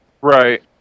right